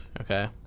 Okay